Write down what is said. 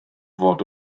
fod